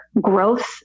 growth